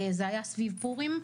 זה היה סביב פורים,